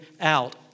out